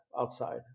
outside